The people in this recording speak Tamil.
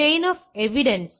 எனவே செயின் ஆப் எவிடென்ஸ்